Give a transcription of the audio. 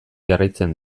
jarraitzen